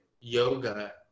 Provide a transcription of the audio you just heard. yoga